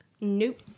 Nope